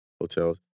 hotels